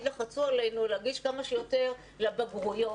לחצו עלינו להגיש כמה שיותר לבגרויות,